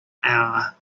hour